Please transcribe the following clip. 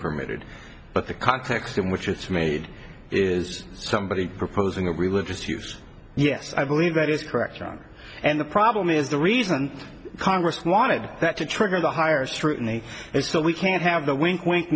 permitted but the context in which it's made is somebody proposing a religious use yes i believe that is correct john and the problem is the reason congress wanted that to trigger the highers through and so we can have the wink wink